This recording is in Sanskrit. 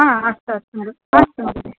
हा अस्तु अस्तु अस्तु महोदय